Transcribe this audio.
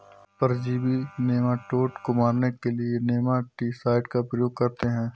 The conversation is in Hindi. परजीवी नेमाटोड को मारने के लिए नेमाटीसाइड का प्रयोग करते हैं